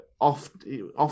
often